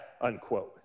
unquote